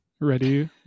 Ready